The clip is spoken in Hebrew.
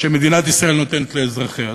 שמדינת ישראל נותנת לאזרחיה.